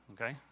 okay